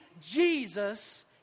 Jesus